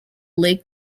lake